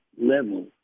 level